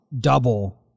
double